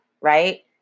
right